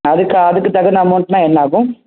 அதுக்கு அதுக்குத் தகுந்த அமௌண்ட்னா என்ன ஆகும்